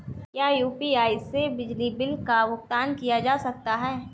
क्या यू.पी.आई से बिजली बिल का भुगतान किया जा सकता है?